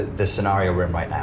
the scenario we're in right now.